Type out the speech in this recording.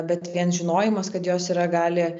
bet vien žinojimas kad jos yra gali